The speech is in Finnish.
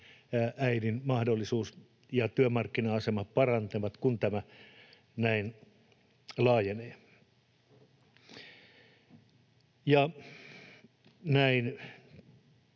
äidin mahdollisuudet ja työmarkkina-asema paranevat, kun tämä näin laajenee. Näin